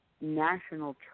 national